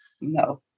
No